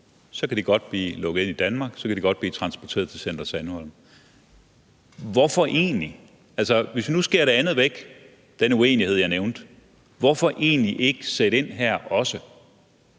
kan de godt blive lukket ind i Danmark, kan de godt blive transporteret til Center Sandholm. Hvorfor egentlig? Hvis vi nu skærer det andet væk, den uenighed, jeg nævnte, hvorfor så egentlig ikke også sætte ind her?